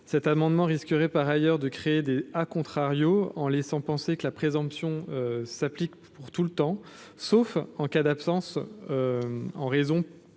cet amendement risquerait par ailleurs de créer des «», en laissant penser que la présomption s’applique tout le temps, sauf en cas d’absence liée